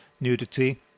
nudity